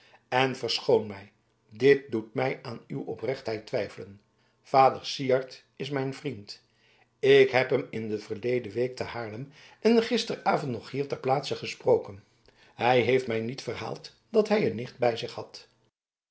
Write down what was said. en verschoon mij dit doet mij aan uw oprechtheid twijfelen vader syard is mijn vriend ik heb hem in de verleden week te haarlem en gisteravond nog hier ter plaatse gesproken hij heeft mij niet verhaald dat hij een nicht bij zich had